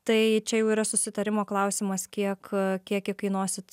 tai čia jau yra susitarimo klausimas kiek kiek įkainosit